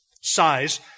size